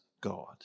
God